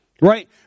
Right